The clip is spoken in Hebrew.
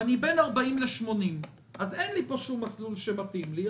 אז אין כאן שום מסלול שמתאים לי.